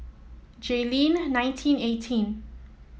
Jayleen nineteen eighteen